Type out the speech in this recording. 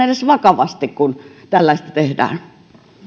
edes vakavasti kun tällaista tehdään